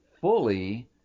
fully